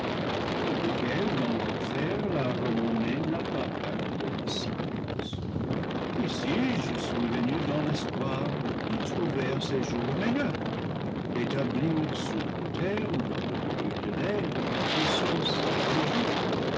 sur lequel dans l'enfer la renommée n'a pas gardé le silence ici je suis venu dans l'espoir de trouver un séjour meilleur d'établir sur la terre ou dans le milieu de l'air mes puissances affligées